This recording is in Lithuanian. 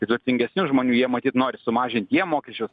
ir turtingesnių žmonių jie matyt nori sumažint jiem mokesčius